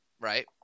right